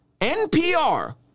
NPR